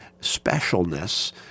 specialness